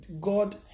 God